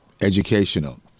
educational